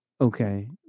okay